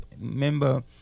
remember